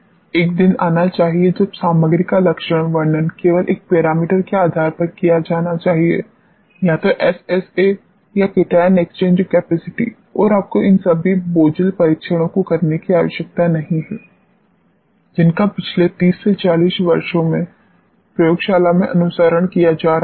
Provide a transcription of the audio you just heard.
एक दिन आना चाहिए जब सामग्री का लक्षण वर्णन केवल एक पैरामीटर के आधार पर किया जाना चाहिए या तो एसएसए या केटायन एक्सचेंज कैपेसिटी और आपको इन सभी बोझिल परीक्षणों को करने की आवश्यकता नहीं है जिनका पिछले 30 40 वर्षों से प्रयोगशालाओं में अनुसरण किया जा रहा है